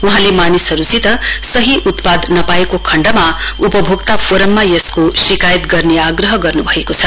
वहाँले मानिसहरुसित सही उत्पाद नपाएको खण्डमा उपभोक्ता फोरममा यसको शिकायत गर्ने आग्रह गर्नुभएको छ